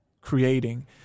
creating